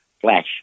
flash